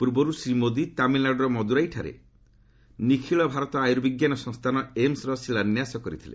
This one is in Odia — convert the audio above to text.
ପୂର୍ବରୁ ଶ୍ରୀ ମୋଦି ତାମିଲନାଡୁର ମଦୁରାଇଠାରେ ନିଖିଳ ଭାରତ ଆର୍ୟୁବିଜ୍ଞାନ ସଂସ୍ଥାନ ଏମସ୍ର ଶିଳାନ୍ୟାସ କରିଥିଲେ